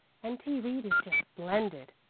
and t. reed is just splendid,